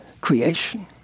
creation